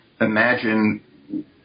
imagine